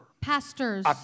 pastors